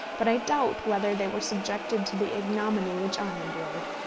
but i doubt whether they were subjected to the ignominy which i endured.